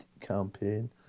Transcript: campaign